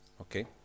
Okay